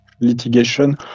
litigation